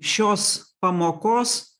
šios pamokos